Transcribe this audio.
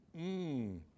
Mmm